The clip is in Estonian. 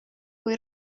kui